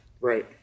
Right